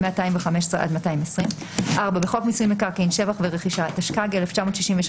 215 עד 220. בחוק מיסוי מקרקעין (שבח ורכישה,) התשכ"ג-1963,